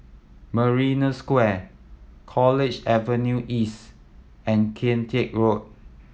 Marina Square at College Avenue East and Kian Teck Road